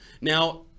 Now